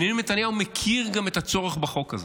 גם בנימין נתניהו מכיר את הצורך בחוק הזה.